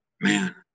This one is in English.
man